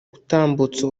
gutambutsa